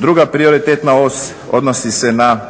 Druga prioritetna os odnosi se na